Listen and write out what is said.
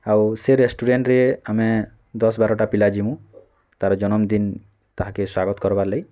ଆଉ ସେ ରେଷ୍ଟୁରାଣ୍ଟ୍ରେ ଆମେ ଦଶ୍ ବାର୍ଟା ପିଲା ଯିମୁଁ ତା'ର୍ ଜନମ୍ ଦିନ୍ ତାହାକେ ସ୍ଵାଗତ୍ କର୍ବାର୍ ଲାଗି